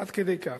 עד כדי כך.